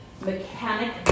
mechanic